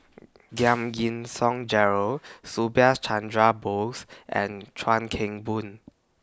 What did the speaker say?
Giam Yean Song Gerald Subhas Chandra Bose and Chuan Keng Boon